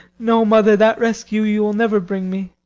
no, mother that rescue you will never bring me.